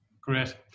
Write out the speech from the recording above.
Great